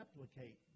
replicate